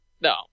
No